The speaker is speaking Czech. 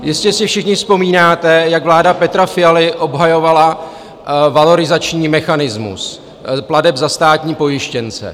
Jistě si všichni vzpomínáte, jak vláda Petra Fialy obhajovala valorizační mechanismus plateb za státní pojištěnce.